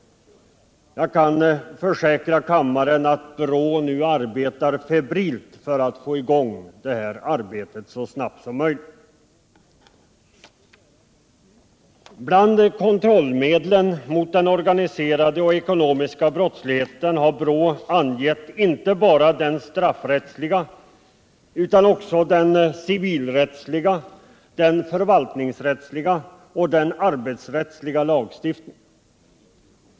Jag kan försäkra kammaren att BRÅ nu arbetar febrilt för att få i gång arbetet så snabbt som möjligt. Bland kontrollmedlen mot den organiserade och ekonomiska brottsligheten har BRÅ angett inte bara den straffrättsliga utan också den civilrättsliga, den förvaltningsrättsliga och den arbetsrättsliga lagstiftningen.